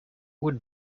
would